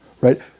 Right